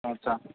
अच्छा